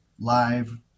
live